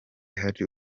hari